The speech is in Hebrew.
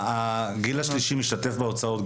הגיל השלישי משתתף גם בהוצאות?